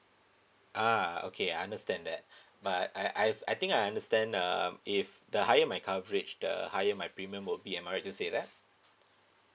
uh okay I understand that but I I I think I understand um if the higher my coverage the higher my premium would be am I right to say that